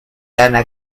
anna